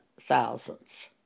thousands